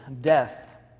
death